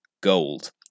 gold